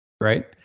right